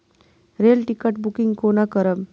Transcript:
Rail ticket booking कोना करब?